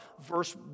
Verse